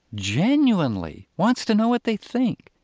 genuinely wants to know what they think.